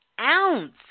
ounce